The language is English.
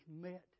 met